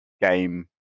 game